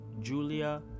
Julia